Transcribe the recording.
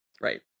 Right